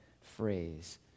phrase